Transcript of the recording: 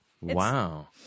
Wow